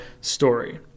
story